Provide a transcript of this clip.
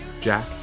Jack